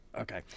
Okay